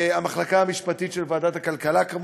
המחלקה המשפטית של ועדת הכלכלה, כמובן,